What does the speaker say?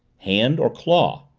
hand or claw?